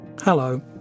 Hello